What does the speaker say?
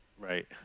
right